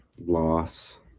loss